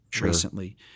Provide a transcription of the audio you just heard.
recently